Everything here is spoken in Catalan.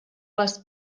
les